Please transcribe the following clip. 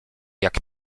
jak